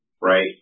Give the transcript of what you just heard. right